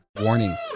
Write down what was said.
Warning